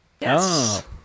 Yes